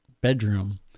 bedroom